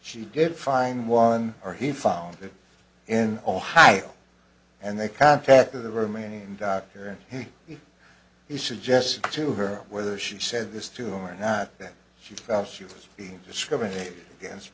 she did find one or he found it in ohio and they contacted the romanian doctor and he suggested to her whether she said this to him or not that she felt she was being discriminated against